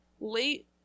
late